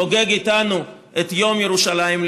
חוגג איתנו את יום ירושלים,